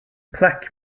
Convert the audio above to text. plaque